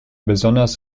besonders